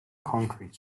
concrete